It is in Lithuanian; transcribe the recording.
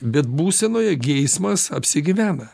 bet būsenoje geismas apsigyvena